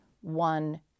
one